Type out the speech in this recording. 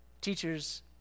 Teachers